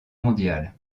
mondiale